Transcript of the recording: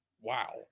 Wow